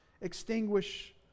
extinguish